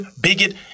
Bigot